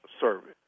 service